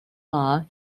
law